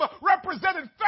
represented